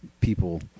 people